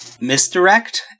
Misdirect